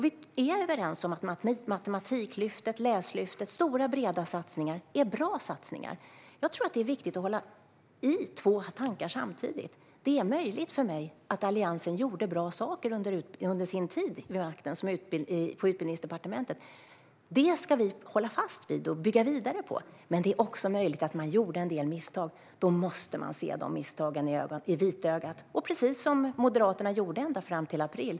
Vi är överens om att Matematiklyftet och Läslyftet, stora breda satsningar, är bra satsningar. Det är viktigt att hålla i två tankar samtidigt. Det är möjligt för mig att Alliansen gjorde bra saker under sin tid vid makten på Utbildningsdepartementet. Det ska vi hålla fast vid och bygga vidare på. Men det är också möjligt att man gjorde en del misstag. Då måste man se de misstagen i vitögat. Det var precis det Moderaterna gjorde ända fram till april.